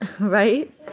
right